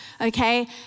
Okay